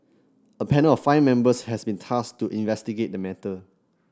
a panel of five members has been tasked to investigate the matter